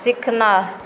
सिखनाइ